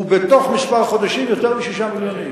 ובתוך כמה חודשים, יותר מ-6 מיליון איש.